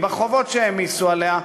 בחובות שהעמיסו עליה,